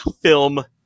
film